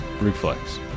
Reflex